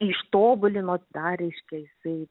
ištobulino dar reiškia jisai